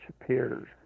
appears